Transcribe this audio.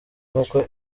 n’uko